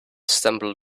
stumbled